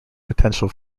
potential